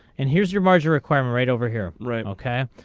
and here's your margin requirement right over here right okay.